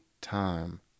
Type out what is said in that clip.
time